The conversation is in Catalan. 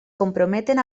comprometen